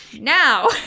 Now